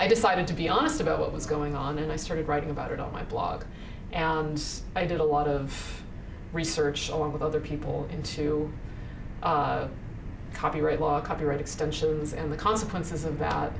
i decided to be honest about what was going on and i started writing about it on my blog and i did a lot of research showing what other people into copyright law copyright extensions and the consequences of